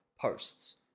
posts